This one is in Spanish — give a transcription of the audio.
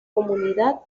comunidad